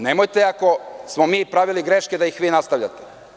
Nemojte ako smo mi pravili greške, da ih vi nastavljate.